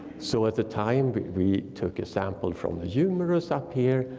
so at the time, we took a sample from the humerus up here.